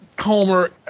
Homer